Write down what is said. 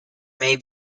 may